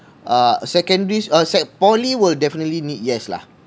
uh secondary uh sec~ poly will definitely need yes lah